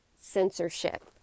censorship